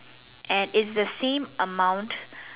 and it's the same amount